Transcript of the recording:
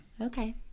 Okay